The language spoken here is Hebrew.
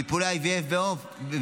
טיפולי IVF ועוד,